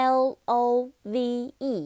love